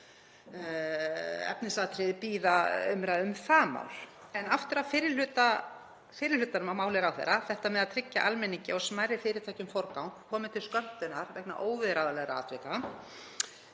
efnisatriði bíða umræðu um það mál. Aftur að fyrri hlutanum af máli ráðherra, þetta með að tryggja almenningi og smærri fyrirtækjum forgang komi til skömmtunar vegna óviðráðanlegra atvika.